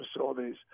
facilities